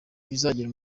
bizagira